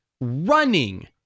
running